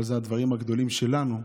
אבל זה הדברים הגדולים שלנו,